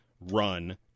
run